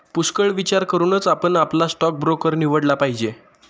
पुष्कळ विचार करूनच आपण आपला स्टॉक ब्रोकर निवडला पाहिजे